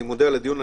אני מודה על הדיון.